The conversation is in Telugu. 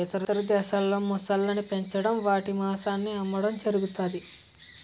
ఇతర దేశాల్లో మొసళ్ళను పెంచడం వాటి మాంసం అమ్మడం జరుగుతది